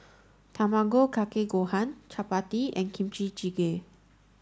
Tamago Kake Gohan Chapati and Kimchi jjigae